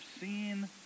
seen